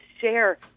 share